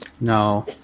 No